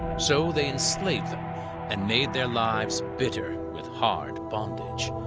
so they enslaved them and made their lives bitter with hard bondage.